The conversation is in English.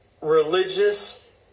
Religious